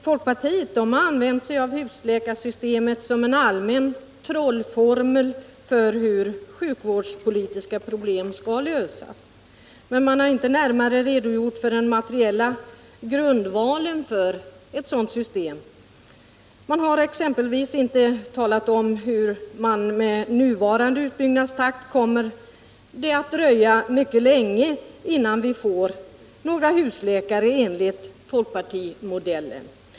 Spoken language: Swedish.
Folkpartiet har använt sig av husläkarsystemet som en allmän trollformel för hur sjukvårdspolitiska problem skall lösas, men man har inte närmare redogjort för den materiella grundvalen för ett sådant system. Man har exempelvis inte talat om att det med nuvarande utbyggnadstakt kommer att dröja mycket länge innan vi får några husläkare enligt folkpartimodell.